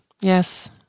yes